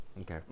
Okay